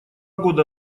года